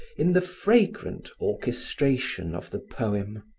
in the fragrant orchestration of the poem.